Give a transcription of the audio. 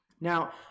Now